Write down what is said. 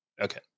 Okay